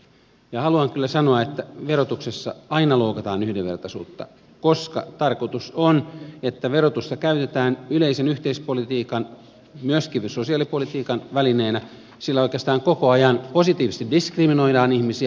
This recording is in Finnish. haluan kyllä sanoa että verotuksessa aina loukataan yhdenvertaisuutta koska tarkoitus on että verotusta käytetään yleisen yhteispolitiikan myöskin sosiaalipolitiikan välineenä sillä oikeastaan koko ajan positiivisesti diskriminoidaan ihmisiä